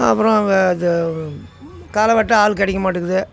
அப்புறம் அங்கே த களை வெட்ட ஆள் கிடைக்க மாட்டேக்குது